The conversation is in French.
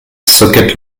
socket